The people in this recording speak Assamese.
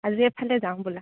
আজি এফালে যাওঁ ব'লা